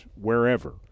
wherever